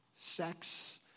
sex